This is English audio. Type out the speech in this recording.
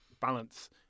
Balance